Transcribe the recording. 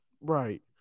Right